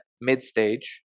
mid-stage